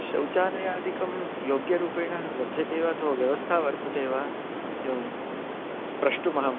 शौचालयादिकं योग्यरूपेण लभ्यते वा अथवा व्यवस्था वर्तते वा एवं प्रष्टुमहम्